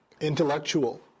intellectual